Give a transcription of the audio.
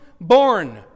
born